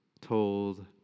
told